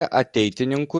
ateitininkų